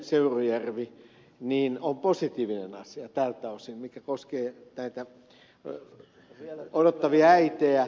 tämä lex yleseurujärvi on positiivinen asia tältä osin mikä koskee odottavia äitejä